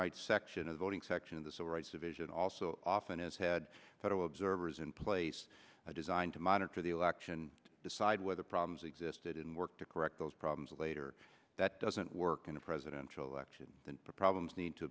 rights section of voting section of the civil rights division also often has had two observers in place designed to monitor the election to decide whether problems existed in work to correct those problems later that doesn't work in a presidential election the problems need to